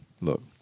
look